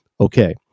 okay